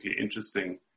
interesting